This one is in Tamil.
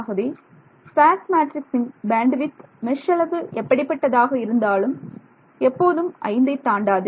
ஆகவே ஸ்பேர்ஸ் மேட்ரிக்ஸ் இன் பேண்ட்வித் மெஷ் அளவு எப்படிப்பட்டதாக இருந்தாலும் எப்போதும் ஐந்தை தாண்டாது